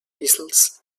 easels